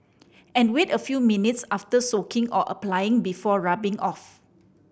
and wait a few minutes after soaking or applying before rubbing off